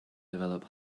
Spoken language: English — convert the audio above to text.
develop